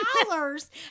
dollars